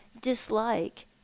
dislike